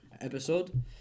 episode